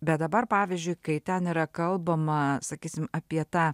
bet dabar pavyzdžiui kai ten yra kalbama sakysim apie tą